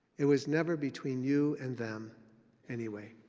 it was never between you and them anyway.